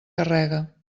carrega